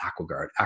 Aquaguard